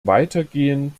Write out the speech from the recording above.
weitergehen